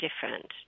different